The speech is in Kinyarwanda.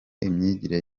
imyigire